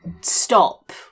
stop